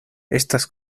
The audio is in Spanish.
estas